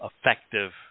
effective